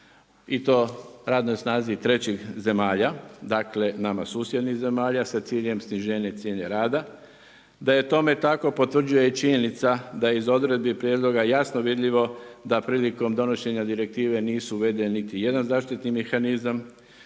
i to radnoj snazi trećih zemalja, dakle nama susjednih zemalja, sa ciljem sniženje cijene rada. Da je tome tako, potvrđuje i činjenica da iz odredbi prijedloga jasno vidljivo da prilikom donošenje direktive nisu uvedeni niti jedan zaštitni mehanizam,